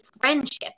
friendship